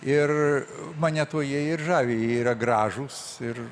ir mane tuo jie ir žavi jie yra gražūs ir